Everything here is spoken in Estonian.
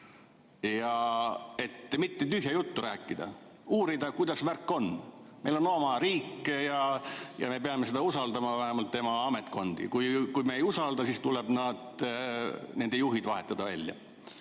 et mitte tühja juttu rääkida, vaid uurida, kuidas värk on. Meil on oma riik ja me peame seda usaldama, vähemalt tema ametkondi. Kui me ei usalda, siis tuleb nende juhid välja